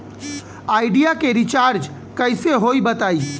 Idea के recharge कइसे होई बताईं?